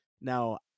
Now